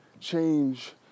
change